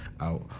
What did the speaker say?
out